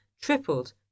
tripled